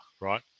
right